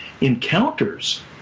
encounters